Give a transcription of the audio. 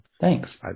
thanks